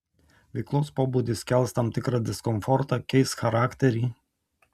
veiklos pobūdis kels tam tikrą diskomfortą keis charakterį